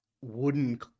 wooden